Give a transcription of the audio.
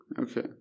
Okay